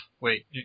wait